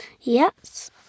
Yes